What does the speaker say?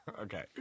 Okay